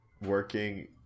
working